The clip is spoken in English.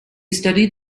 studied